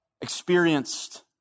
experienced